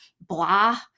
blah